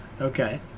Okay